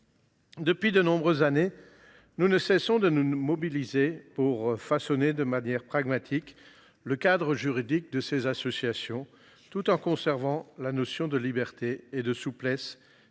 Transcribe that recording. Depuis de nombreuses années, nous ne cessons de nous mobiliser pour façonner de manière pragmatique le cadre juridique de ces associations tout en conservant les notions de liberté et de souplesse,